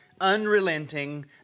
unrelenting